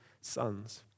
sons